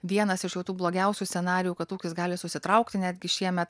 vienas iš jau tų blogiausių scenarijų kad ūkis gali susitraukti netgi šiemet